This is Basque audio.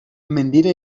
mendira